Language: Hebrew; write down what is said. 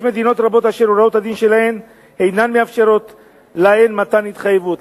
יש מדינות רבות אשר הוראות הדין שלהן אינן מאפשרות להן מתן התחייבות.